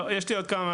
לא, יש לי עוד כמה.